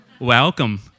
welcome